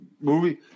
movie